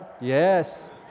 yes